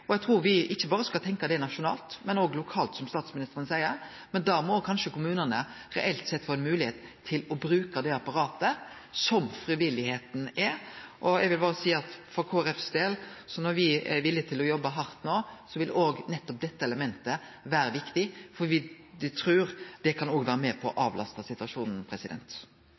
Eg trur me ikkje berre skal tenkje på det nasjonalt, men òg lokalt, som statsministeren seier. Men da må kanskje kommunane reelt sett få ei moglegheit til å bruke det apparatet som frivilligheita er. For Kristeleg Folkepartis del vil eg berre seie at når me er villige til å jobbe hardt no, vil òg nettopp dette elementet vere viktig, for me trur at det òg kan vere med på å avlaste situasjonen.